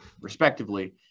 respectively